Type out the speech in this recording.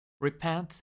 Repent